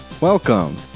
Welcome